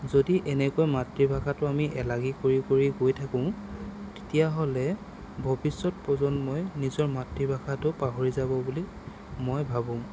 যদি এনেকৈ মাতৃভাষাটো আমি এলাগী কৰি কৰি গৈ থাকো তেতিয়াহ'লে ভৱিষ্যৎ প্ৰজন্মই নিজৰ মাতৃভাষাতো পাহৰি যাব বুলি মই ভাবোঁ